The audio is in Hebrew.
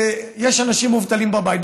יש אנשים מובטלים בבית.